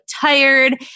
tired